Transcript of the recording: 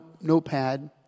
notepad